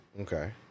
Okay